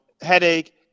headache